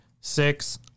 six